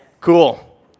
Cool